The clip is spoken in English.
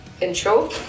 intro